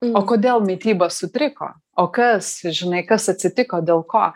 o kodėl mityba sutriko o kas žinai kas atsitiko dėl ko